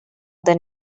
than